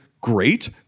great